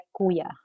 kuya